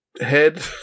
head